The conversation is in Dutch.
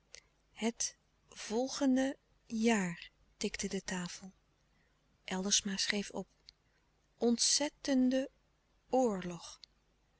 het volgende jaar tikte de tafel eldersma schreef op ontzettende oorlog